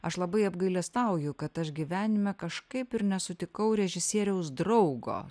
aš labai apgailestauju kad aš gyvenime kažkaip ir nesutikau režisieriaus draugo